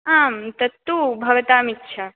आं तत्तु भवताम् इच्छा